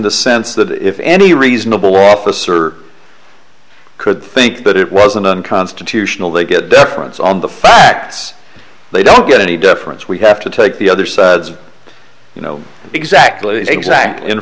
the sense that if any reasonable officer could think that it wasn't unconstitutional they get a difference on the facts they don't get any difference we have to take the other sides of you know exactly exactly